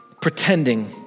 pretending